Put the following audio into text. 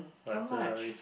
how much